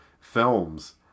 films